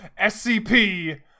SCP